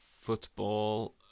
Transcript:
football